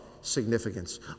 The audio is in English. significance